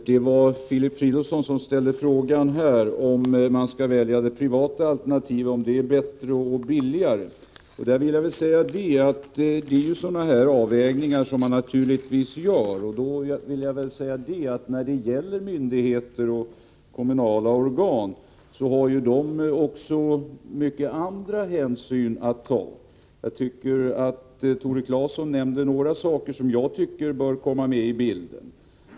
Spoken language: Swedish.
Herr talman! Filip Fridolfsson ställde frågan huruvida man skall välja det privata alternativet om det är bättre och billigare. Det är naturligtvis sådana här avvägningar som görs, men myndigheter och kommunala organ har också många andra hänsyn att ta— Tore Claeson nämnde några saker som bör komma medi bilden.